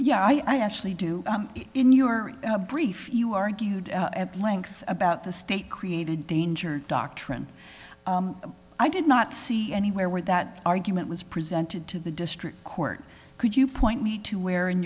yeah i actually do in your brief you argued at length about the state created danger doctrine i did not see anywhere where that argument was presented to the district court could you point me to where in